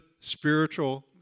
spiritual